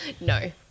No